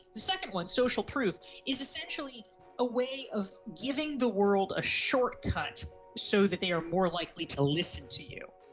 the second one social proof is essentially a way of giving the world a shortcut so that they are more likely to listen to you,